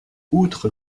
outre